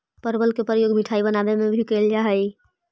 परवल के प्रयोग मिठाई बनावे में भी कैल जा हइ